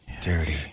Dirty